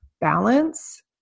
balance